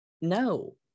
No